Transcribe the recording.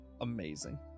Amazing